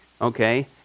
Okay